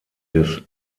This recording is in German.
des